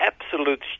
absolute